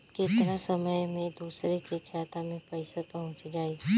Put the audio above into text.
केतना समय मं दूसरे के खाता मे पईसा पहुंच जाई?